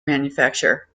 manufacture